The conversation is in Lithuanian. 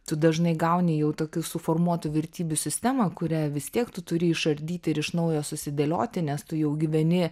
tu dažnai gauni jau tokių suformuotų vertybių sistemą kurią vis tiek tu turi išardyti ir iš naujo susidėlioti nes tu jau gyveni